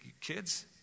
kids